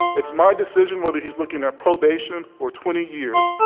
it's my decision whether he's looking at probation or twenty years,